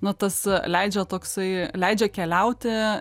na tas leidžia toksai leidžia keliauti